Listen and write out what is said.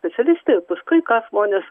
specialistė ir paskui ką žmonės